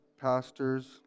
pastors